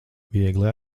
viegli